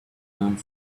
dune